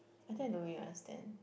I think I don't really understand